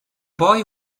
boy